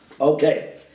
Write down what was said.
Okay